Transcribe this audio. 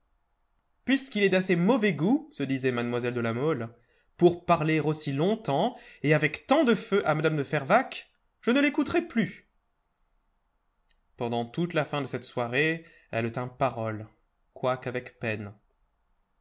puisqu'il est d'assez mauvais goût se disait mlle de la mole pour parler aussi longtemps et avec tant de feu à mme de fervaques je ne l'écouterai plus pendant toute la fin de cette soirée elle tint parole quoique avec peine